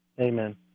Amen